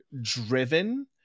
driven